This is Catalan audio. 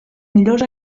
millors